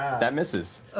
that misses.